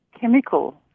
chemical